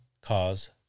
cause